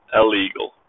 illegal